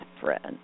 friend